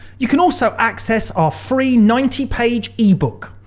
you can also access our free ninety page ebook!